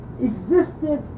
existed